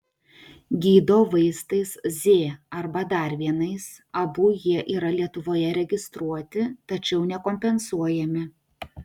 gydo vaistais z arba dar vienais abu jie yra lietuvoje registruoti tačiau nekompensuojami